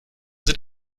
sind